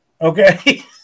okay